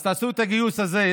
אז תעשו את הגיוס הזה.